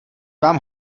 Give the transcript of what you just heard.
vám